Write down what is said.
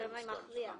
שמאי מכריע.